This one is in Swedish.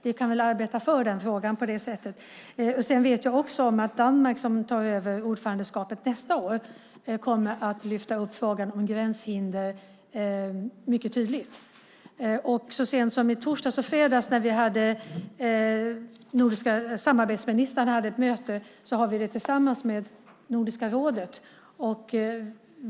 Vi kan väl arbeta för den frågan. Sedan vet jag också att Danmark, som tar över ordförandeskapet nästa år, kommer att lyfta upp frågan om gränshinder mycket tydligt. Så sent som i torsdags och fredags hade de nordiska samarbetsministrarna ett möte tillsammans med Nordiska rådet.